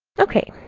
ok.